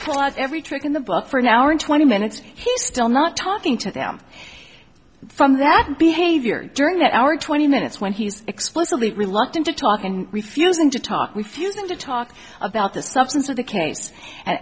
out every trick in the book for an hour and twenty minutes he's still not talking to them from that behavior during that hour twenty minutes when he's explicitly reluctant to talk and refusing to talk refusing to talk about the substance of the case and